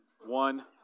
One